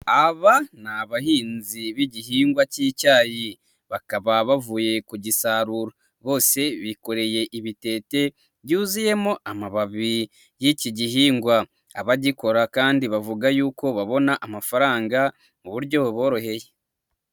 Aba ni abahinzi b'igihingwa k'icyayi bakaba bavuye ku gisarura. Bose bikoreye ibitete byuzuyemo amababi y'iki gihingwa. Abagikora kandi bavuga yuko babona amafaranga mu buryo buboroheye.